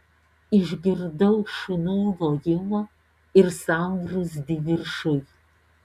išgirdau šunų lojimą ir sambrūzdį viršuj